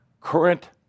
Current